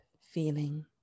feeling